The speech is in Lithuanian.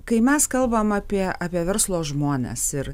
kai mes kalbam apie apie verslo žmones ir